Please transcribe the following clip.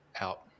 out